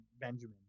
benjamin